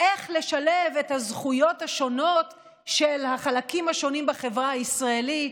ואיך לשלב את הזכויות השונות של החלקים השונים בחברה הישראלית.